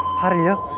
how do you